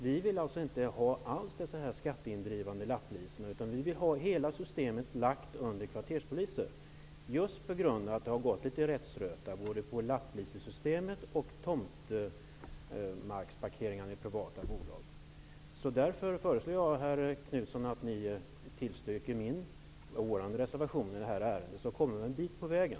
Vi vill alltså inte alls ha dessa skatteindrivande lapplisor, utan vi vill att hela systemet skall skötas av kvarterspoliser just på grund av att det har gått litet rättsröta, både i lapplisesystemet och när det gäller tomtmarksparkering som sköts av privata bolag. Därför förslår jag herr Knutson att ni tillstyrker vår reservation. Då kommer vi en bit på vägen.